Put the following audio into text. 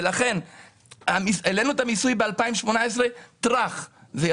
לכן בשנת 2018 העלינו את המיסוי וזה ירד.